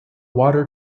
water